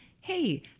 Hey